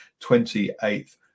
28th